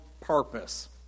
purpose